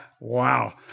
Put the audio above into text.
Wow